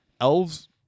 elves